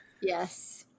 Yes